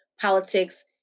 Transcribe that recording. politics